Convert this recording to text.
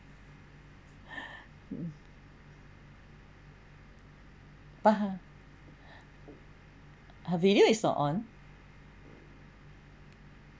but her her video is not on